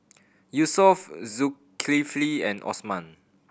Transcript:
Yusuf Zulkifli and Osman